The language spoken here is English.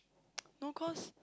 no cause